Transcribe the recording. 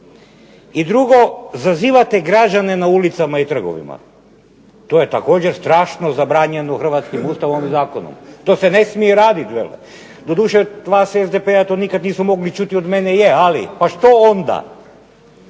I drugo, zazivate građane na ulicama i trgovima. To je također strašno zabranjeno hrvatskim Ustavom i zakonom. To se ne smije raditi. Doduše od vas SDP-a to nikad nismo mogli čuti, od mene je, ali pa što onda.